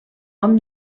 hom